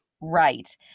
Right